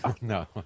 no